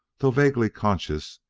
though vaguely conscious,